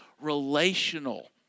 relational